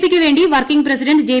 പിക്ക് വേണ്ടി working president J